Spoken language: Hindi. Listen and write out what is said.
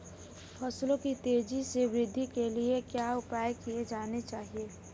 फसलों की तेज़ी से वृद्धि के लिए क्या उपाय किए जाने चाहिए?